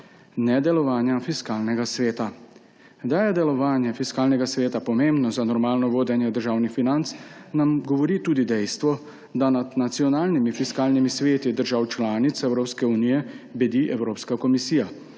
nedelovanja Fiskalnega sveta. Da je delovanje Fiskalnega sveta pomembno za normalno vodenje državnih financ, nam govori tudi dejstvo, da nad nacionalnimi fiskalnimi sveti držav članic Evropske unije bedi Evropska komisija.